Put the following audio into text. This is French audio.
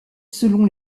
selon